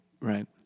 Right